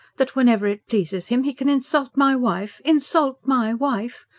that whenever it pleases him, he can insult my wife insult my wife?